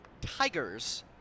Tigers